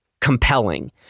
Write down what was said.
compelling